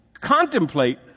contemplate